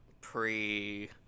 Pre